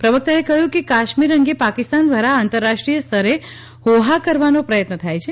પ્રવક્તાએ કહ્યું કે કાશ્મીર અંગે પાકિસ્તાન દ્વારા આંતરરાષ્ટ્રીય સ્તરે હોહા કરવાનો પ્રયત્ન થાય છે